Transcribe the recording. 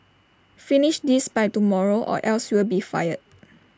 finish this by tomorrow or else you'll be fired